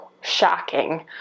shocking